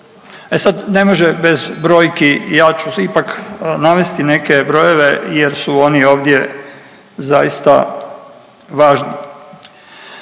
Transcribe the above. E sad, ne može bez brojki, ja ću ipak navesti neke brojeve jer su oni ovdje zaista važni.